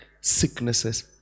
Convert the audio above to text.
sicknesses